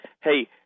Hey